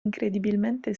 incredibilmente